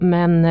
Men